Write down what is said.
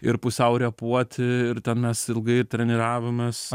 ir pusiau repuoti ir ten mes ilgai treniravomės